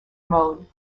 mode